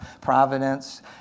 providence